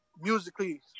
Musically